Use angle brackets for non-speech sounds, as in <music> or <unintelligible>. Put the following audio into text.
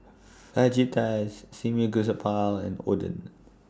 Fajitas <unintelligible> and Oden